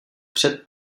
před